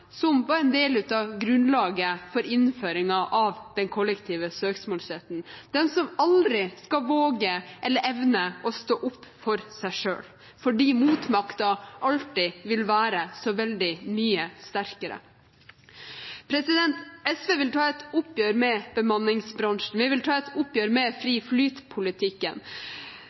som var en del av grunnlaget for innføringen av den kollektive søksmålsretten – de som aldri våger eller evner å stå opp for seg selv, fordi motmakten alltid vil være så veldig mye sterkere. SV vil ta et oppgjør med bemanningsbransjen. Vi vil ta et oppgjør med fri